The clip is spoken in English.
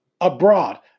abroad